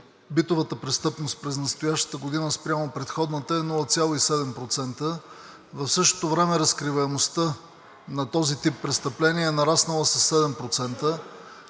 битовата престъпност през настоящата година спрямо предходната година е 0,7%. В същото време разкриваемостта на този тип престъпления е нараснала със 7%.